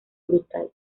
brutal